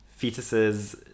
fetuses